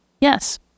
Yes